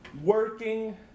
working